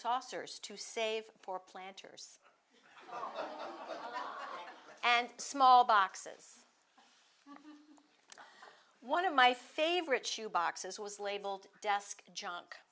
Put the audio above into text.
saucers to save for planters and small boxes one of my favorite shoe boxes was labeled desk j